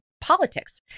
politics